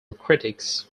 critics